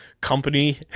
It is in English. company